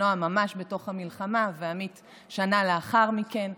נועה ממש בתוך המלחמה ועמית שנה לאחר מכן,